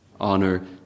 honor